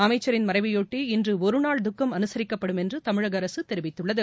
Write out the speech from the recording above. அமைச்சரின் மறைவையொட்டி இன்று ஒரு நாள் துக்கம் அனுசரிக்கப்படும் என்று தமிழக அரசு தெரிவித்துள்ளது